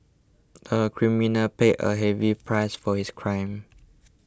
the criminal paid a heavy price for his crime